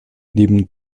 neben